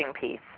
piece